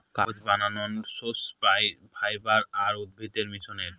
কাগজ বানানর সোর্স পাই ফাইবার আর উদ্ভিদের মিশ্রনে